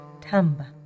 Tamba